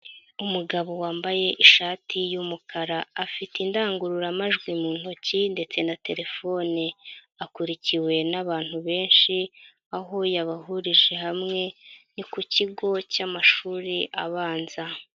Umugabo wambaye ishati y'umukara. Afite indangururamajwi mu ntoki ndetse na telefone. Akurikiwe n'abantu benshi aho yabahurije hamwe, ni ku kigo cy'amashuri abanza.